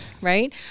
right